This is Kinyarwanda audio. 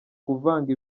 kuvanga